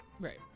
Right